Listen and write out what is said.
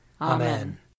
Amen